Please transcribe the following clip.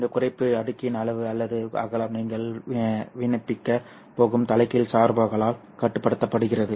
இந்த குறைப்பு அடுக்கின் அளவு அல்லது அகலம் நீங்கள் விண்ணப்பிக்கப் போகும் தலைகீழ் சார்புகளால் கட்டுப்படுத்தப்படுகிறது